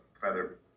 Feather